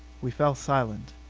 we fell silent.